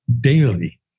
daily